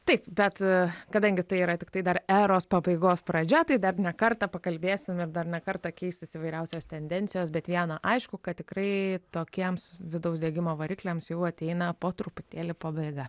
taip bet kadangi tai yra tiktai dar eros pabaigos pradžia tai dar ne kartą pakalbėsim ir dar ne kartą keisis įvairiausios tendencijos bet viena aišku kad tikrai tokiems vidaus degimo varikliams jau ateina po truputėlį pabaiga